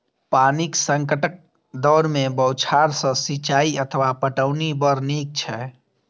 पानिक संकटक दौर मे बौछार सं सिंचाइ अथवा पटौनी बड़ नीक छै